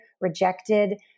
rejected